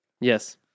Yes